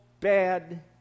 bad